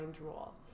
role